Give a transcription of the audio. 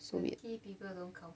so weird